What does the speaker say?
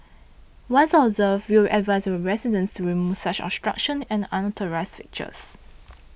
once observed we will advise our residents to remove such obstruction and unauthorised fixtures